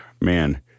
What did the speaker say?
man